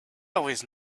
always